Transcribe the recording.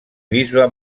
bisbe